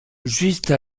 juste